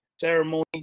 ceremony